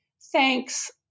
thanks